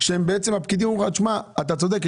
אתה צודק,